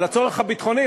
אבל הצורך הביטחוני,